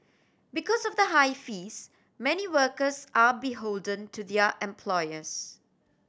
because of the high fees many workers are beholden to their employers